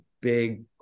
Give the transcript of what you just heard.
big